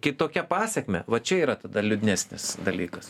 kitokia pasekme va čia yra tada liūdnesnis dalykas